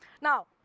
Now